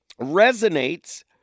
Resonates